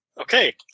Okay